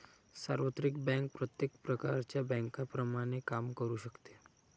सार्वत्रिक बँक प्रत्येक प्रकारच्या बँकेप्रमाणे काम करू शकते